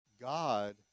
God